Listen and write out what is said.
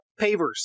pavers